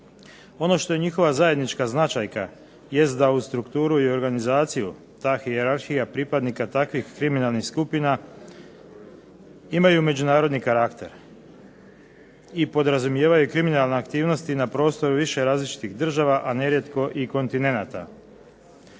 Ono što je njihova zajednička značajka jest da uz strukturu i organizaciju ta hijerarhija pripadnika takvih kriminalnih skupina imaju međunarodni karakter, i podrazumijevaju kriminalne aktivnosti na prostoru više različitih država, a nerijetko i kontinenata.